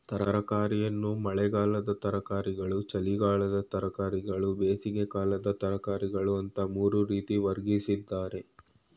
ತರಕಾರಿಯನ್ನು ಮಳೆಗಾಲದ ತರಕಾರಿಗಳು ಚಳಿಗಾಲದ ತರಕಾರಿಗಳು ಬೇಸಿಗೆಕಾಲದ ತರಕಾರಿಗಳು ಅಂತ ಮೂರು ರೀತಿ ವರ್ಗೀಕರಿಸವ್ರೆ